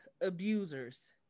abusers